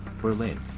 Berlin